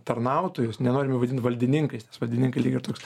tarnautojus nenorime vadinti valdininkais nes valdininkai lyg ir toks